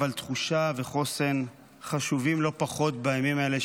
אבל תחושה וחוסן חשובים לא פחות בימים האלה,